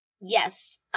Yes